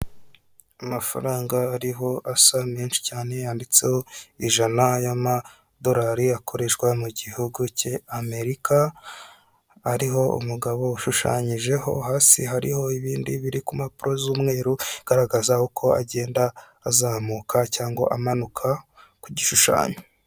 Amafaranga ariho asa menshi cyane yanditseho ijana y'amadorari akoreshwa mu gihugu cye amerika, ariho umugabo ushushanyijeho hasi hariho ibindi biri ku mpapuro z'umweru, agaragaza uko agenda azamuka cyangwa amanuka ku gishushanyo